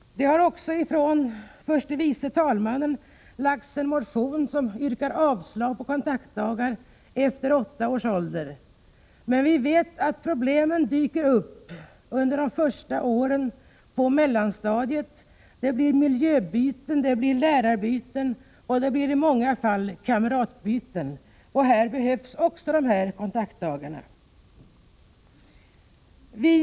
Förste vice talmannen och Göte Jonsson har väckt en motion med yrkande om att rätten till kontaktdagar begränsas till att gälla barn under åtta års ålder. Men vi vet att problem kan dyka upp även under åren på mellanstadiet. Det blir miljöbyten, det blir lärarbyten, och det blir i många fall kamratbyten. Därför behövs kontaktdagarna även där.